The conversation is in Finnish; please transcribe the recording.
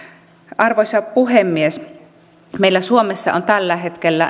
arvoisa puhemies meillä suomessa on tällä hetkellä